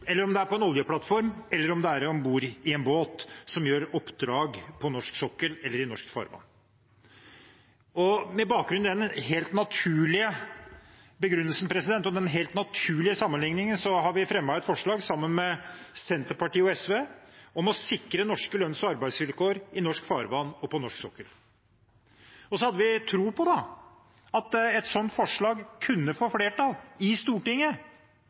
om det er på en oljeplattform, eller om det er om bord i en båt som gjør oppdrag på norsk sokkel eller i norsk farvann. Med bakgrunn i denne helt naturlige begrunnelsen og helt naturlige sammenligningen har vi fremmet et forslag, sammen med Senterpartiet og SV, om å sikre norske lønns- og arbeidsvilkår i norsk farvann og på norsk sokkel. Vi hadde tro på at et sånt forslag kunne få flertall i Stortinget,